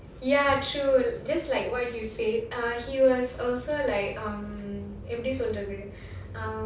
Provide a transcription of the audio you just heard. ya true just like what you said ah he was also like um எப்படி சொல்றது:epdi soldradhu um